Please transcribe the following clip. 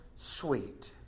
sweet